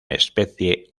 especie